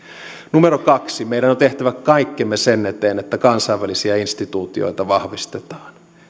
kaksi meidän on tehtävä kaikkemme sen eteen että kansainvälisiä instituutioita vahvistetaan